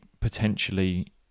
potentially